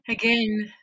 Again